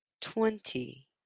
twenty